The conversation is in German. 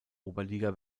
oberliga